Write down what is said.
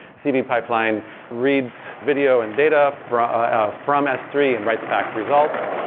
cv pipeline reads video and data from ah from s three and writes back results,